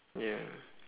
ya